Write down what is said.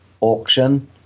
auction